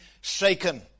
shaken